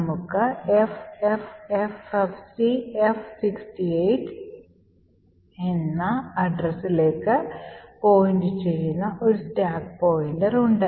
നമുക്ക് ffffcf68 എന്ന addressലേക്ക് പോയിന്റുചെയ്യുന്ന ഒരു സ്റ്റാക്ക് പോയിന്റർ ഉണ്ട്